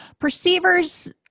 perceivers